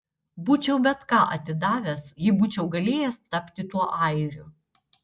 būčiau bet ką atidavęs jei būčiau galėjęs tapti tuo airiu